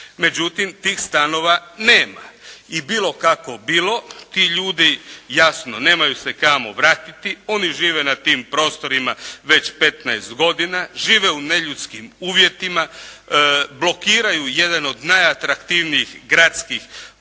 Međutim, tih stanova nema. I bilo kako bilo ti ljudi jasno nemaju se kamo vratiti, oni žive na tim prostorima već 15 godina, žive u neljudskim uvjetima, blokiraju jedan od najatraktivnijih gradskih prostora